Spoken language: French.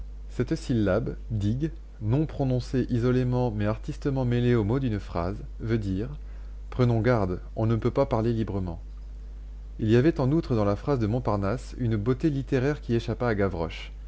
cette syllabe dig non prononcée isolément mais artistement mêlée aux mots d'une phrase veut dire prenons garde on ne peut pas parler librement il y avait en outre dans la phrase de montparnasse une beauté littéraire qui échappa à gavroche